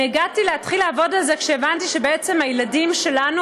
אני הגעתי להתחיל לעבוד על זה כשהבנתי שהילדים שלנו